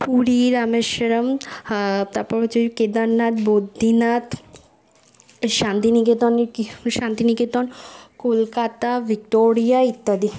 পুরী রামেশ্বরম তারপর হচ্ছে কেদারনাথ বদ্রীনাথ শান্তিনিকেতনের কিছু শান্তিনিকেতন কলকাতা ভিক্টোরিয়া ইত্যাদি